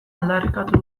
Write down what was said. aldarrikatu